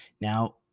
Now